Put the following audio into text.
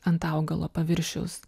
ant augalo paviršiaus